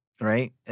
right